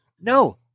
no